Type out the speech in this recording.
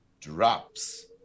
drops